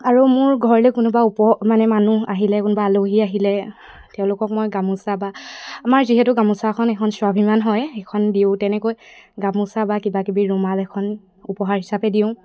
আৰু মোৰ ঘৰলৈ কোনোবা উপ মানে মানুহ আহিলে কোনোবা আলহী আহিলে তেওঁলোকক মই গামোচা বা আমাৰ যিহেতু গামোচা এখন এখন স্বাভিমান হয় সেইখন দিওঁ তেনেকৈ গামোচা বা কিবাকিবি ৰুমাল এখন উপহাৰ হিচাপে দিওঁ